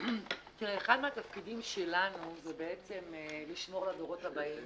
תראה, אחד מהתפקידים שלנו זה לשמור לדורות הבאים.